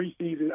preseason